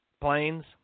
planes